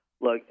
look